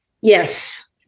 Yes